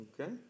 Okay